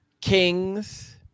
kings